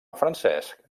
francesc